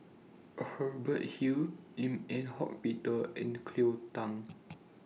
Hubert Hill Lim Eng Hock Peter and Cleo Thang